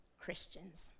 Christians